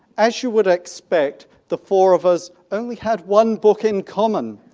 as you would expect, the four of us only had one book in common.